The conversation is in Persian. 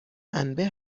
انبه